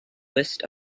list